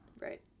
Right